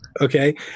Okay